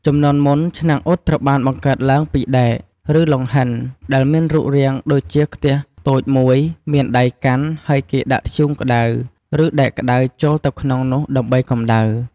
ជំនាន់មុន ឆ្នាំងអ៊ុតត្រូវបានបង្កើតឡើងពីដែក ឬលង្ហិន ដែលមានរូបរាងដូចជាខ្ទះតូចមួយ មានដៃកាន់ ហើយគេដាក់ធ្យូងក្តៅ ឬដែកក្តៅចូលទៅក្នុងនោះដើម្បីកម្ដៅ។